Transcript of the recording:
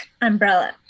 umbrella